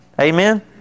Amen